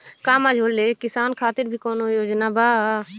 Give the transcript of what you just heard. का मझोले किसान खातिर भी कौनो योजना बा?